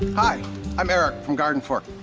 ah i'm eric from gardenfork.